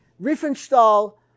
Riefenstahl